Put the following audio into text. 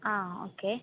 okay